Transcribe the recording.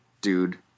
dude